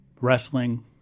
wrestling